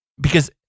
Because-